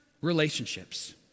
relationships